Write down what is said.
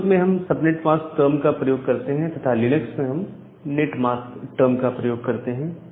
Windows में हम सब नेट मास्क टर्म प्रयोग करते हैं तथा लिनक्स में हम नेट मास्क टर्म का प्रयोग करते हैं